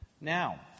Now